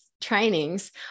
trainings